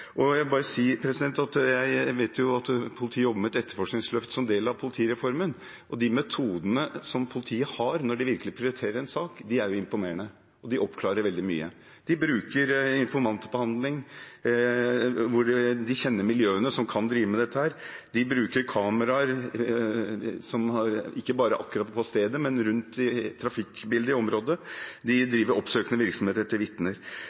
Jeg vet at politiet jobber med et etterforskningsløft som del av politireformen, og de metodene som politiet har når de virkelig prioriterer en sak, er imponerende, og de oppklarer veldig mye. De bruker informantbehandling hvor de kjenner miljøene som kan drive med dette, de bruker kameraer, ikke bare akkurat på stedet, men rundt trafikkbildet i området, og de driver oppsøkende virksomhet etter vitner.